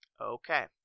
Okay